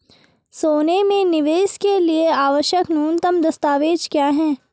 सोने में निवेश के लिए आवश्यक न्यूनतम दस्तावेज़ क्या हैं?